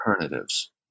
alternatives